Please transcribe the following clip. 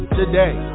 today